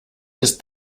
ist